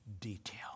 detail